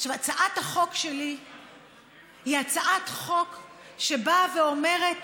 הצעת החוק שלי היא הצעת חוק שבאה ואומרת: